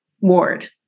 ward